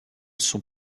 sont